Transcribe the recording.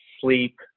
sleep